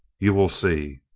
you will see!